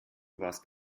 warst